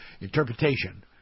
interpretation